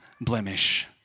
blemish